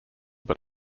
but